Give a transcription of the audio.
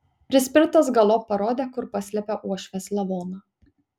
prispirtas galop parodė kur paslėpė uošvės lavoną